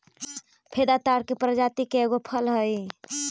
फेदा ताड़ के प्रजाति के एगो फल हई